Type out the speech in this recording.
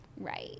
Right